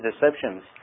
deceptions